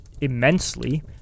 immensely